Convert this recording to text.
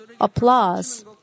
applause